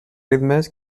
ritmes